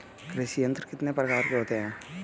कृषि यंत्र कितने प्रकार के होते हैं?